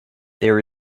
there